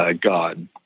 God